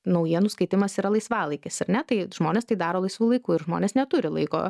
naujienų skaitymas yra laisvalaikis ar ne tai žmonės tai daro laisvu laiku ir žmonės neturi laiko